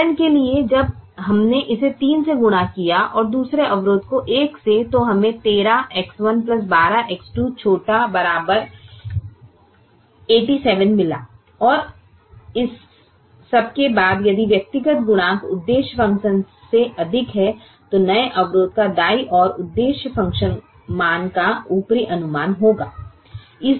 उदाहरण के लिए जब हमने इसे 3 से गुणा किया और दूसरे अवरोध को 1 से तो हमें 13X1 12X2 ≤ 87 मिला और इस सबके बाद यदि व्यक्तिगत गुणांक उद्देश्य फ़ंक्शन से अधिक हैं तो नए अवरोध का दाईं ओर उद्देश्य फ़ंक्शन मान का ऊपरी अनुमान होगा